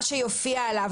מה שיופיע עליו,